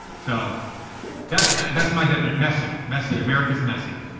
so that's, that's my definition. messy, messy. america's messy.